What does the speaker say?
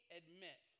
admit